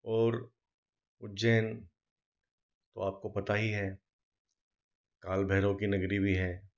और उज्जैन तो आपको पता ही है काल भैरव की नगरी भी है